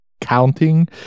counting